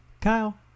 kyle